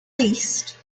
least